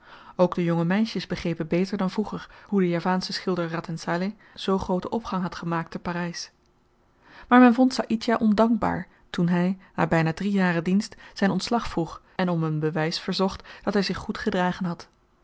ook de jonge meisjes begrepen beter dan vroeger hoe de javaansche schilder radhen saleh zoo grooten opgang had gemaakt te parys maar men vond saïdjah ondankbaar toen hy na byna drie jaren dienst zyn ontslag vroeg en om een bewys verzocht dat hy zich goed gedragen had